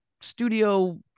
studio